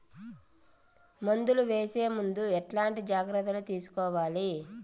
మందులు వేసే ముందు ఎట్లాంటి జాగ్రత్తలు తీసుకోవాలి?